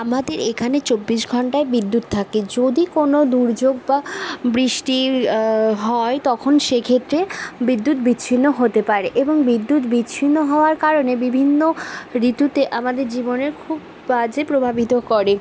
আমাদের এখানে চব্বিশ ঘন্টায় বিদ্যুৎ থাকে যদি কোনো দুর্যোগ বা বৃষ্টি হয় তখন সেই ক্ষেত্রে বিদ্যুৎ বিচ্ছিন্ন হতে পারে এবং বিদ্যুৎ বিচ্ছিন্ন হওয়ার কারণে বিভিন্ন ঋতুতে আমাদের জীবনের খুব বাজে প্রভাবিত করে